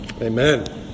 Amen